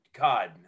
God